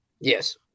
Yes